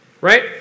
Right